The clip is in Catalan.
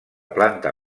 planta